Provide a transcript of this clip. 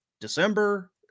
December